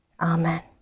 Amen